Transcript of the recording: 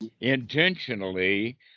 intentionally